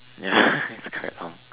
ya it's correct